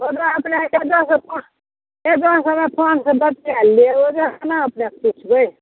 फोनसँ बतिआए लेब ओ जऽ केना पूछबै